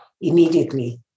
immediately